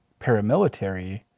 paramilitary